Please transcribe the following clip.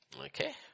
Okay